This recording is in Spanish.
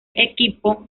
equipo